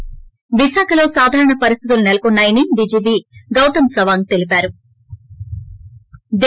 ి విశాఖలో సాధారణ పరిస్థితులు నెలకొన్నా యని డిజిపీ గౌతం సవాంగ్ చెప్పారు